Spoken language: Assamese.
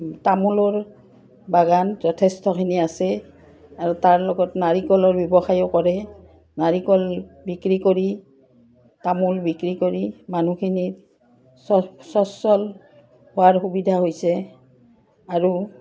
তামোলৰ বাগান যথেষ্টখিনি আছে আৰু তাৰ লগত নাৰিকলৰ ব্যৱসায়ো কৰে নাৰিকল বিক্ৰী কৰি তামোল বিক্ৰী কৰি মানুহখিনিৰ সচ্ছল হোৱাৰ সুবিধা হৈছে আৰু